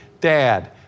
Dad